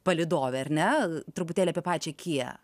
palydovė ar ne truputėlį apie pačią kiją